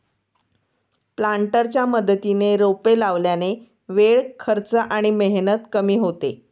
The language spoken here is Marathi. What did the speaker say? प्लांटरच्या मदतीने रोपे लावल्याने वेळ, खर्च आणि मेहनत कमी होते